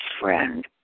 friend